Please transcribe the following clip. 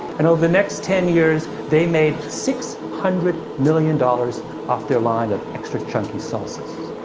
and over the next ten years, they made six hundred million dollars off their line of extra-chunky sauces.